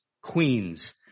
queens